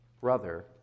brother